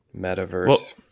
Metaverse